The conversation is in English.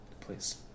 Please